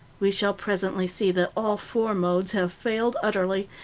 we shall presently see that all four modes have failed utterly,